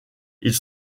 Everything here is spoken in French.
ils